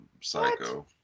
psycho